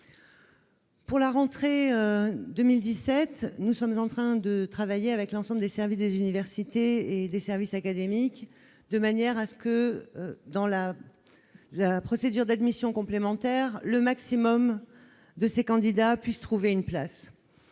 pour la rentrée 2017, nous sommes en train de travailler avec l'ensemble des services des universités et des services académiques, de manière à ce que dans la procédure d'admission complémentaires le maximum de ses candidats puissent trouver une place,